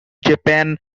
japan